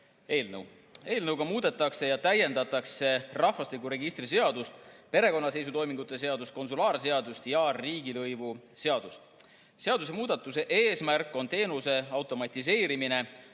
Eelnõuga muudetakse ja täiendatakse rahvastikuregistri seadust, perekonnaseisutoimingute seadust, konsulaarseadust ja riigilõivuseadust. Seadusemuudatuse eesmärk on teenuse automatiseerimine,